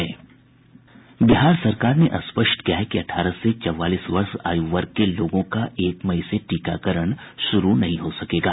इस बीच बिहार सरकार ने स्पष्ट किया है कि अठारह से चौवालीस वर्ष आयु वर्ग के लोगों का एक मई से टीकाकरण शुरू नहीं हो सकेगा